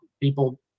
people